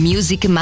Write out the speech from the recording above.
Music